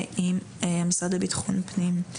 ועם המשרד לביטחון פנים,